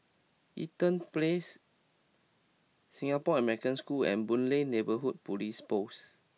Eaton Place Singapore American School and Boon Lay Neighbourhood Police Post